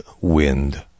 Wind